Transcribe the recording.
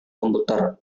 komputer